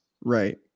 Right